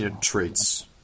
traits